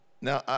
Now